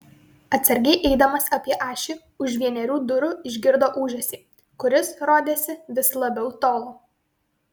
atsargiai eidamas apie ašį už vienerių durų išgirdo ūžesį kuris rodėsi vis labiau tolo